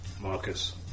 Marcus